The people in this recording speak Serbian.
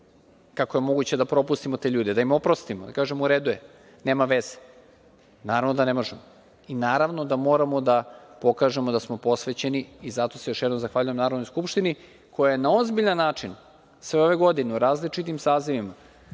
Kako je moguće da propustimo te ljude, da im oprostimo, da im kažemo – u redu je, nema veze? Naravno da ne možemo i naravno da moramo da pokažemo da smo posvećeni. Zato se još jednom zahvaljujem Narodnoj skupštini koja je na ozbiljan način sve ove godine, u različitim sazivima